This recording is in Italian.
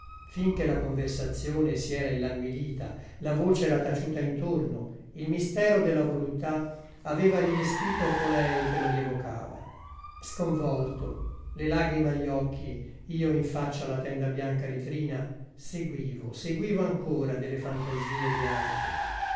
che la conversazione si era illanguidita la voce era taciucanti orfici dino campana ta intorno il mistero della voluttà aveva rivestito colei che lo rievocava sconvolto le lagrime agli occhi io in faccia alla tenda bianca di trina seguivo seguivo ancora delle fantasie bianche